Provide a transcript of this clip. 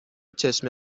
چشمه